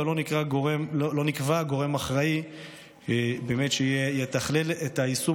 גם לא נקבע גורם אחראי שיתכלל את היישום